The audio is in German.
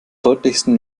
deutlichsten